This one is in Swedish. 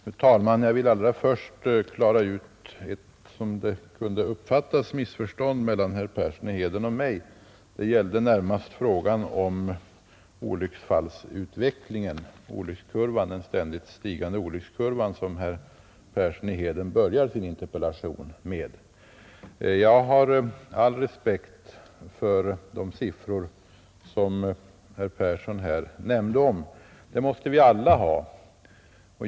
Fru talman! Allra först vill jag lägga till rätta något som möjligen kunde uppfattas som ett missförstånd mellan herr Persson i Heden och mig. Det gäller olycksfallsutvecklingen, alltså den ständigt stigande olyckskurva som herr Persson började sitt anförande med. Jag har all respekt för de siffror som herr Persson nämnde — det måste vi alla ha.